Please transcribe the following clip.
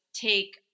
take